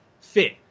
fit